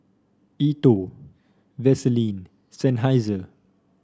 E TWOW Vaseline Seinheiser